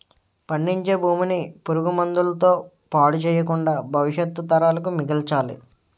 పండించే భూమిని పురుగు మందుల తో పాడు చెయ్యకుండా భవిష్యత్తు తరాలకు మిగల్చాలి